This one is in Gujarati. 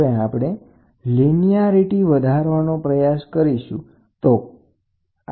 હવે આપણે લિનીયારીટી વધારવાનો પ્રયાસ કરીશું